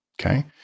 Okay